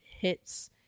hits